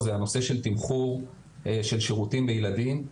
זה הנושא של תמחור של שירותים בילדים.